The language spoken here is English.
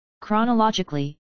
Chronologically